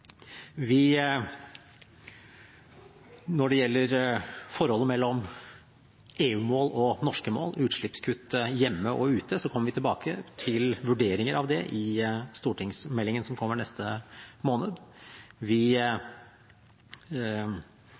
at når det gjelder forholdet mellom EU-mål og norske mål, utslippskutt hjemme og ute, kommer vi tilbake til vurderinger av det i stortingsmeldingen som kommer neste måned. Vi